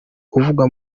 uvugwa